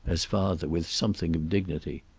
as father, with something of dignity.